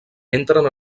entren